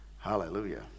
hallelujah